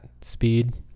speed